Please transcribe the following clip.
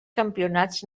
campionats